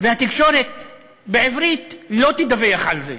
והתקשורת בעברית לא תדווח על זה.